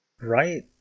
Right